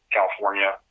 California